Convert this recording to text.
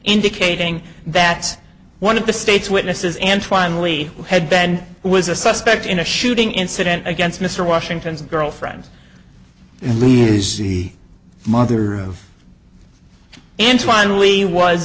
indicating that one of the state's witnesses and twine lee had ben was a suspect in a shooting incident against mr washington's girlfriend's the mother of into finally was